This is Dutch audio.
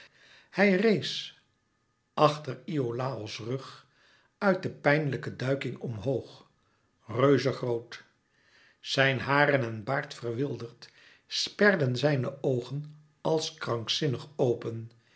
hij rees achter iolàos rug uit de pijnlijke duiking omhoog reuzegroot zijn haren en baard verwilderd sperden zijne oogen als krankzinnig open